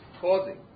causing